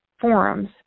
forums